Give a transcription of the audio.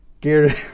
gear